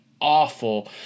awful